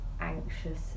anxious